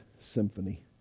symphony